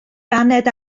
baned